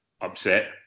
upset